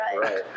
right